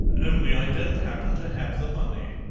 only i don't happen to have the money.